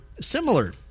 similar